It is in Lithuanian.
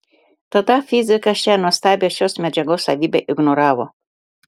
tada fizikas šią nuostabią šios medžiagos savybę ignoravo